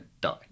die